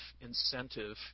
incentive